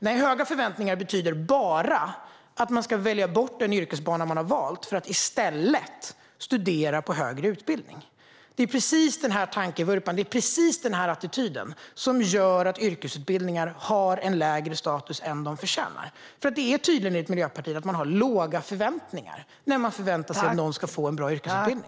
Nej, höga förväntningar betyder bara att man ska välja bort den yrkesbana man har valt för att i stället studera i den högre utbildningen. Det är precis denna tankevurpa och attityd som gör att yrkesutbildningar har lägre status än de förtjänar. Enligt Miljöpartiet är det tydligen att ha låga förväntningar när man förväntar sig att någon ska få en bra yrkesutbildning.